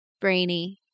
Brainy